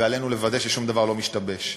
ועלינו לוודא ששום דבר לא משתבש.